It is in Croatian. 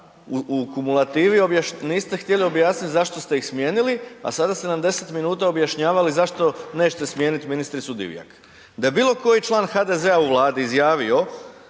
u kumulativi, niste htjeli objasniti zašto ste ih smijenili, a sada ste nam 10 minuta objašnjavali zašto nećete smijeniti ministricu Divjak. Da je bilo koji član HDZ-a u Vladi izjavio